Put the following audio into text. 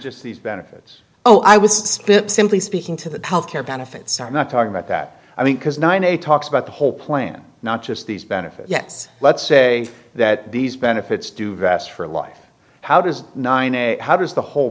just these benefits oh i was simply speaking to the health care benefits are not talking about that i mean because ninety eight talks about the whole plan not just these benefits yes let's say that these benefits do graphs for life how does nine how does the whole